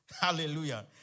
Hallelujah